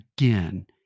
again